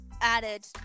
added